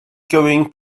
going